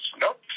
nope